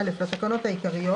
לך.